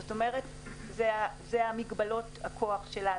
זאת אומרת אלה מגבלות הכוח שלנו.